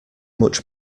much